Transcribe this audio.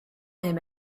him